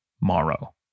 morrow